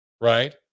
right